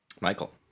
Michael